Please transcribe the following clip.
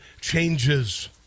changes